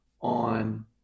on